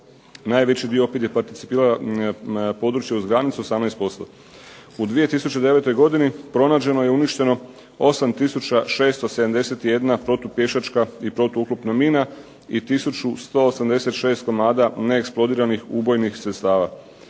najveći dio opet je parcipirala područje uz granicu 18%. U 2009. godini pronađeno je i uništeno 8671 protupješačka i protuoklopna mina i 1186 komada neeksplodiranih ubojnih sredstava.